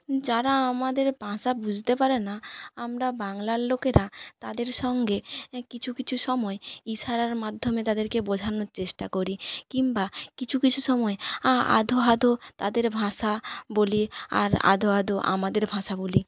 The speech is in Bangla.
যারা আমাদের ভাষা বুঝতে পারে না আমরা বাংলার লোকেরা তাদের সঙ্গে কিছু কিছু সময় ইশারার মাধ্যমে তাদেরকে বোঝানোর চেষ্টা করি কিম্বা কিছু কিছু সময় আধো আধো তাদের ভাষা বলি আর আধো আধো আমাদের ভাষা বলি